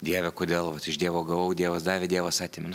dieve kodėl vat iš dievo gavau dievas davė dievas atėmė